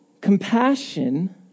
Compassion